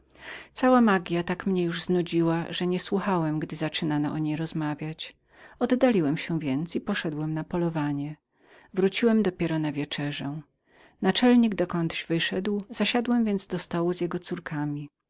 cała magia tak mnie już była znudziła że niesłuchałem gdy zaczynano o niej rozmawiać oddaliłem się więc i poszedłem na polowanie wróciłem dopiero na wieczerzę naczelnik niewiem gdzieś wyszedł zasiadłem więc do stołu z jego córkami